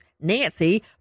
Nancy